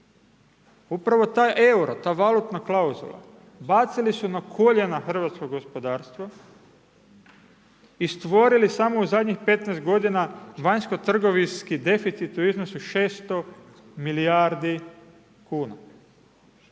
Upravo taj euro, ta valutna klauzula, bacili su na koljena hrvatsko gospodarstvo i stvorili samo u zadnjih 15 g. vanjsko trgovinski deficit u iznosu 600 milijardi kuna.